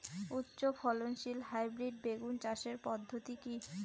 উচ্চ ফলনশীল হাইব্রিড বেগুন চাষের পদ্ধতি কী?